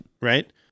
right